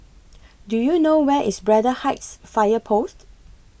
Do YOU know Where IS Braddell Heights Fire Post